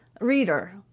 reader